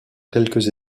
quelques